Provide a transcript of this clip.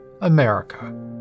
America